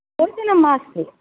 भोजनं मास्तु